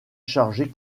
chargé